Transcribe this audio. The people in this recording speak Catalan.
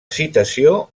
citació